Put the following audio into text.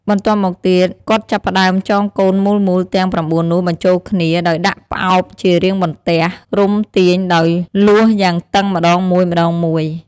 បន្ទាប់មកទៀតគាត់ចាប់ផ្តើមចងកូនមូលៗទាំង៩នោះបញ្ជូលគ្នាដោយដាក់ផ្អោបជារាងបន្ទះ រុំទាញដោយលួសយ៉ាងតឹងម្តងមួយៗ។